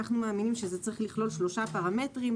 אנחנו מאמינים שזה צריך לכלול שלושה פרמטרים: